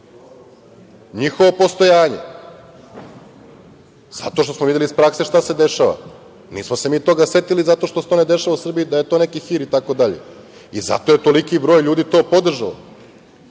njihovo postojanje zato što smo videli iz prakse šta se dešava. Nismo se mi toga setili zato što se to ne dešava u Srbiji, da je to neki hir i tako dalje i zato je toliko broj ljudi to podržao. Šezdeset